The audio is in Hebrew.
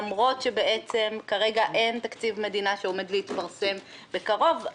למרות שבעצם כרגע אין תקציב מדינה שעומד להתפרסם בקרוב,